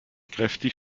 kräftig